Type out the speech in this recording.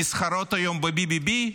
נסחרות היום ב-BBB,